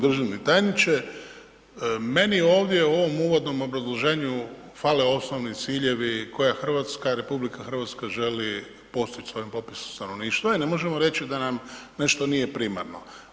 G. državni tajniče, meni ovdje u ovom uvodnom obrazloženju fale osnovni ciljevi koje RH želi postići sa ovim popisom stanovništva i ne možemo reći da nam nešto nije primarno.